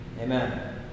Amen